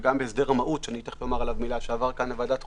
וגם בהסדר המהו"ת שעבר כאן לוועדת חוקה.